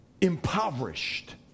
impoverished